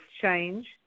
change